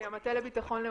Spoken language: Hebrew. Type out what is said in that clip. ממשרד הביטחון?